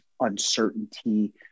uncertainty